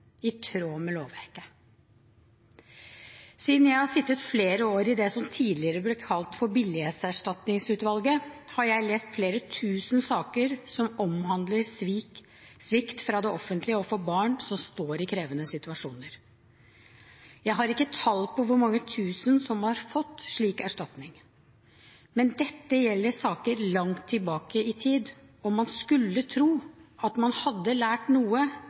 jeg har sittet flere år i det som tidligere ble kalt Billighetserstatningsutvalget, har jeg lest flere tusen saker som omhandler svikt fra det offentlige overfor barn som står i krevende situasjoner. Jeg har ikke tall på hvor mange tusen som har fått slik erstatning. Men dette gjelder saker langt tilbake i tid, og man skulle tro at man hadde lært noe